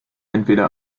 entweder